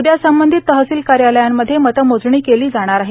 उद्या संबंधित तहसील कार्यालयामध्ये मतमोजणी केली जाणार आहे